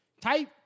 type